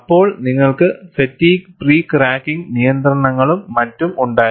അപ്പോൾ നിങ്ങൾക്ക് fatigue pre cracking നിയന്ത്രണങ്ങളും മറ്റും ഉണ്ടായിരുന്നു